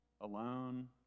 alone